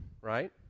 right